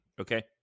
Okay